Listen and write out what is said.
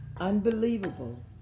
Unbelievable